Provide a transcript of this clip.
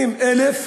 80,000